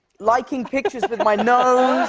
liking pictures with my nose